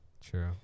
True